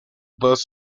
bus